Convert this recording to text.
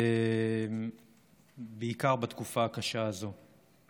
בעיקר בתקופה הקשה הזאת.